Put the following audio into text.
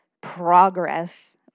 progress